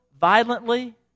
violently